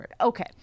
Okay